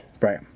Right